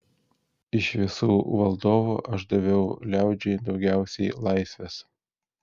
iš visų valdovų aš daviau liaudžiai daugiausiai laisvės